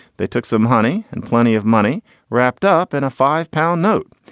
they took some honey and plenty of money wrapped up in a five pound note.